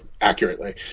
accurately